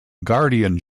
guardian